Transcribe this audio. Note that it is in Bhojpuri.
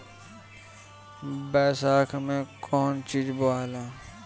बैसाख मे कौन चीज बोवाला?